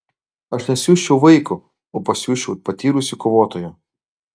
aš nesiųsčiau vaiko o pasiųsčiau patyrusį kovotoją